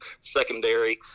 secondary